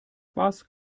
was